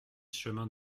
chemin